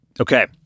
Okay